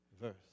verse